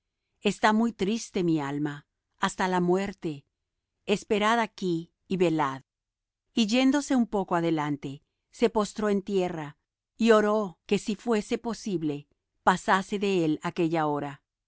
está muy triste mi alma hasta la muerte esperad aquí y velad y yéndose un poco adelante se postró en tierra y oro que si fuese posible pasase de él aquella hora